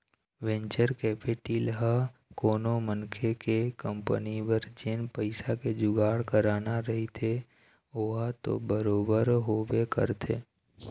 venture capital ह कोनो मनखे के कंपनी बर जेन पइसा के जुगाड़ कराना रहिथे ओहा तो बरोबर होबे करथे